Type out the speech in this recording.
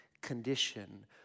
condition